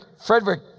Frederick